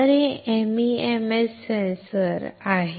तर हे MEMS sensor आहेत